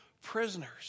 prisoners